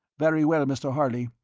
very well, mr. harley.